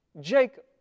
Jacob